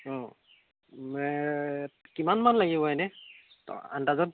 অঁ কিমানমান লাগিবগৈ এনেই আনতাজত